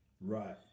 Right